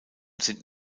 sind